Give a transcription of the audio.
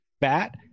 bat